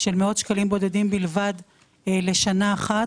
של מאות שקלים בודדים בלבד לשנה אחת